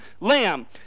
lamb